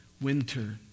winter